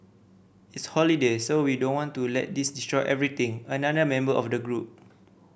it's holiday so we don't want to let this destroy everything another member of the group